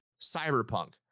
cyberpunk